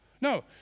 no